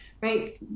right